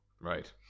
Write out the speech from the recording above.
Right